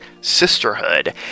Sisterhood